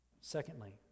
Secondly